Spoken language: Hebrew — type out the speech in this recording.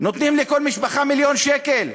נותנים לכל משפחה מיליון שקל.